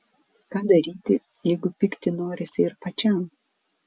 ką daryti jeigu pykti norisi ir pačiam